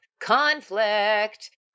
conflict